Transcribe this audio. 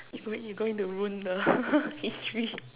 if r~ you going to ruin the history